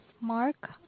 Mark